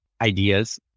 ideas